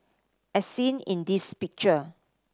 as seen in this picture